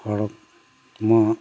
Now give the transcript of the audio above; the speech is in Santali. ᱦᱚᱲᱢᱚ